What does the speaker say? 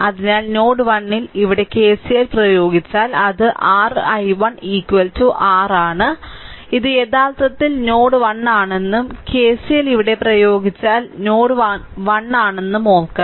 അതിനാൽ നോഡ് 1 ൽ ഇവിടെ KCL പ്രയോഗിച്ചാൽ അത് r i1 r ആണ് ഇത് യഥാർത്ഥത്തിൽ നോഡ് 1 ആണെന്നും KCL ഇവിടെ പ്രയോഗിച്ചാൽ നോഡ് 1 ആണെന്നും ഓർക്കണം